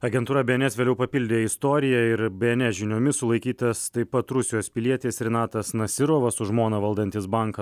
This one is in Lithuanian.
agentūra bns vėliau papildė istoriją ir bns žiniomis sulaikytas taip pat rusijos pilietis rinatas nasirovas su žmona valdantis banką